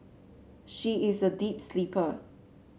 she is a deep sleeper